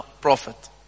prophet